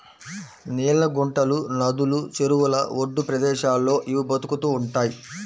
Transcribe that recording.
నీళ్ళ గుంటలు, నదులు, చెరువుల ఒడ్డు ప్రదేశాల్లో ఇవి బతుకుతూ ఉంటయ్